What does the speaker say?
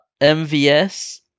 MVS